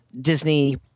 Disney